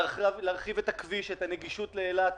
להרחיב את הכביש, את הנגישות לאילת.